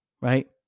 right